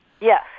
Yes